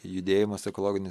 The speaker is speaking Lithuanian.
judėjimas ekologinis